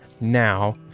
now